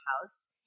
house